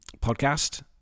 podcast